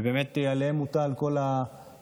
ובאמת עליהם מוטל כל העומס,